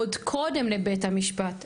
עוד קודם לבית המשפט,